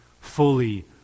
fully